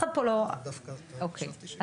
אוקי.